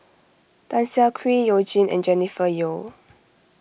Tan Siah Kwee You Jin and Jennifer Yeo